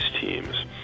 teams